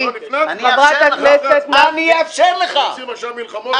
כולם או חלקם: שם מוצר העישון,